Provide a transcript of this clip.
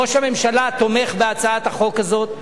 ראש הממשלה תומך בהצעת החוק הזאת,